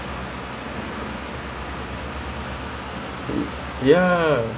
ugh uh is this a F_Y_P question